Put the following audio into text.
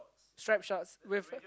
stripes shorts with